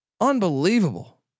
unbelievable